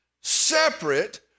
separate